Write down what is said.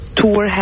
tour